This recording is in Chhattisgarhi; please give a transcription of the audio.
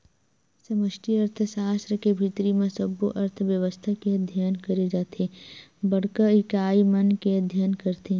समस्टि अर्थसास्त्र के भीतरी म सब्बो अर्थबेवस्था के अध्ययन करे जाथे ते बड़का इकाई मन के अध्ययन करथे